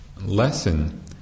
lesson